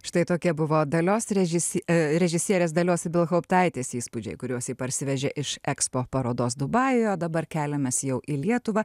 štai tokia buvo dalios režisie režisierės dalios ibelhauptaitės įspūdžiai kuriuos ji parsivežė iš ekspo parodos dubajuje o dabar keliamės jau į lietuvą